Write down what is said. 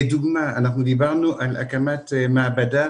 לדוגמה, דיברנו על הקמת מעבדה